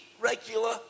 regular